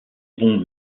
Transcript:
bons